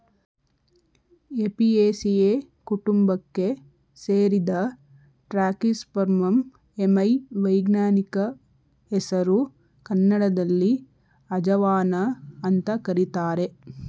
Apiaceae ಕುಟುಂಬಕ್ಕೆ ಸೇರಿದ ಟ್ರ್ಯಾಕಿಸ್ಪರ್ಮಮ್ ಎಮೈ ವೈಜ್ಞಾನಿಕ ಹೆಸರು ಕನ್ನಡದಲ್ಲಿ ಅಜವಾನ ಅಂತ ಕರೀತಾರೆ